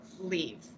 leave